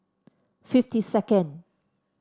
fifty second